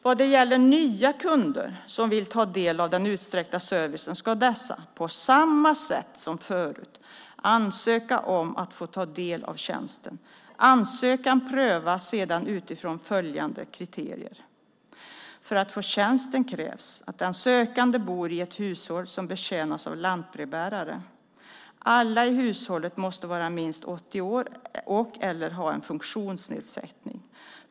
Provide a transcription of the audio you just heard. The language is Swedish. Vad gäller nya kunder som vill ta del av den utsträckta servicen ska dessa, på samma sätt som förut, ansöka om att få ta del av tjänsten. Ansökan prövas sedan utifrån följande kriterier. För att få tjänsten krävs att den sökande bor i ett hushåll som betjänas av lantbrevbärare. Alla i hushållet måste vara minst 80 år och/eller ha en funktionsnedsättning.